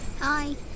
Hi